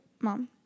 mom